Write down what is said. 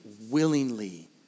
willingly